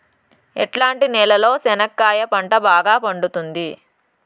ఎట్లాంటి నేలలో చెనక్కాయ పంట బాగా పండుతుంది?